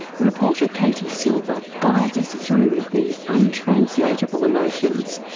reporter katie silver guides us through these untranslatable emotions,